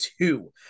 two